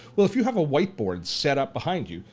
well, if you have a whiteboard set up behind you,